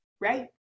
right